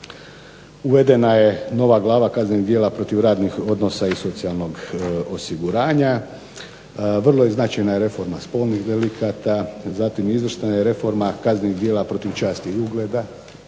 Uvedena je nova glava kaznenih djela protiv radnih odnosa i socijalnog osiguranja. Vrlo je značajna reforma i spolnih delikata. Zatim, izvršena je reforma kaznenih djela protiv časti i ugleda.